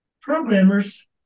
programmers